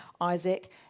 Isaac